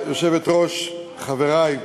גברתי היושבת-ראש, חברי,